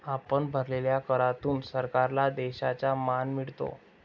आपण भरलेल्या करातून सरकारला देशाचा मान मिळतो